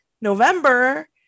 november